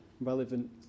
relevant